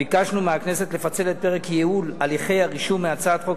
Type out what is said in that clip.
ביקשנו מהכנסת לפצל את פרק ייעול הליכי הרישום מהצעת חוק